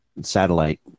satellite